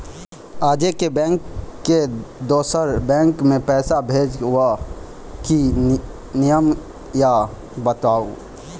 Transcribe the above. आजे के बैंक से दोसर बैंक मे पैसा भेज ब की नियम या बताबू?